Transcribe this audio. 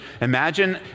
Imagine